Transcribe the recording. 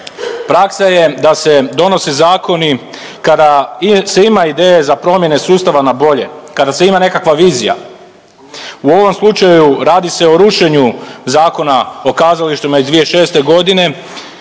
Praksa je da se donose zakoni kada se ima ideje za promjene sustava na bolje, kada se ima nekakva vizija. U ovom slučaju radi se o rušenju Zakona o kazalištima iz 2006. godine